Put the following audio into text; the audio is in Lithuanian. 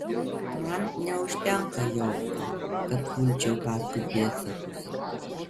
man neužtenka jauko kad pulčiau paskui pėdsakus